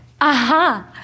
Aha